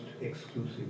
exclusive